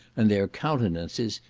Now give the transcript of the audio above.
and their countenances,